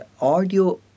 audio